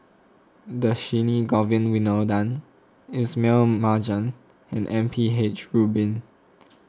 Dhershini Govin Winodan Ismail Marjan and M P H Rubin